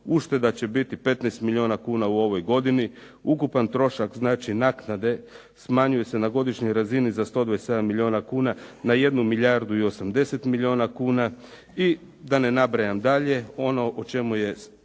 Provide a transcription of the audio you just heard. ušteda će biti 15 milijuna kuna u ovoj godini. Ukupan trošak znači naknade smanjuju se na godišnjoj razini za 127 milijuna kuna, na jednu milijardu i 80 milijuna kuna. I da ne nabrajam dalje. Ono o čemu je